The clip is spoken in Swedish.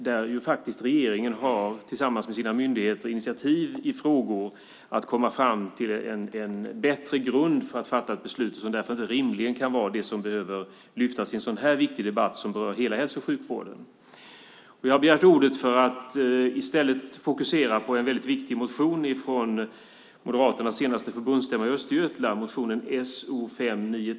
Här har faktiskt regeringen tillsammans med sina myndigheter initiativ när det gäller att komma fram till en bättre grund för att fatta ett beslut. Därför kan det inte rimligen vara detta som behöver lyftas fram i en sådan här viktig debatt som berör hela hälso och sjukvården. Jag har begärt ordet för att i stället fokusera på en väldigt viktig motion från Moderaternas senaste förbundsstämma i Östergötland, motionen So593.